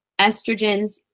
estrogens